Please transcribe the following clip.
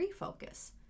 refocus